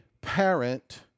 parent